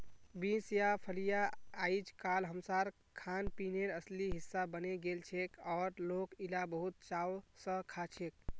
beans या फलियां अइजकाल हमसार खानपीनेर असली हिस्सा बने गेलछेक और लोक इला बहुत चाव स खाछेक